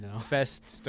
Fest